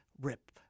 Rip